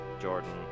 Jordan